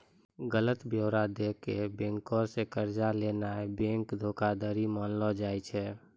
गलत ब्योरा दै के बैंको से कर्जा लेनाय बैंक धोखाधड़ी मानलो जाय छै